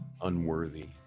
unworthy